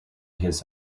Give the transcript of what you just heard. his